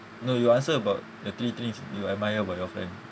no you answer about the three things you admire about your friend